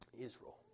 Israel